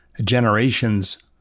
Generations